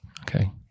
Okay